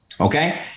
Okay